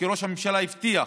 כי ראש הממשלה הבטיח